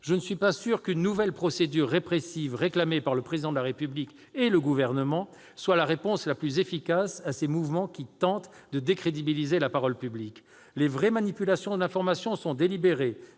Je ne suis pas sûr qu'une nouvelle procédure répressive, réclamée par le Président de la République et le Gouvernement, soit la réponse la plus efficace à ces mouvements qui tentent de décrédibiliser la parole publique. Les vraies manipulations de l'information sont délibérées,